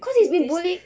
cause he's been bullied